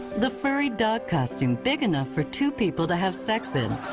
the furry dog costume big enough for two people to have sex in.